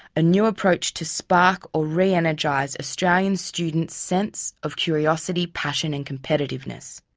a new approach to spark or re-energize australian students' sense of curiosity, passion and competitiveness.